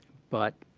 but